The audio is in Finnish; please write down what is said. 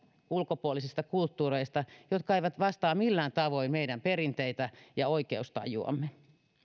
ulkopuolisista kulttuureista tullut ilmiöitä jotka eivät vastaa millään tavoin meidän perinteitämme ja oikeustajuamme